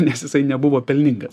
nes jisai nebuvo pelningas